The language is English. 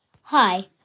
Hi